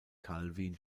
calvin